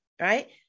right